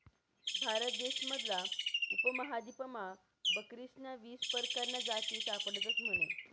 भारत देश मधला उपमहादीपमा बकरीस्न्या वीस परकारन्या जाती सापडतस म्हने